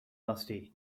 musty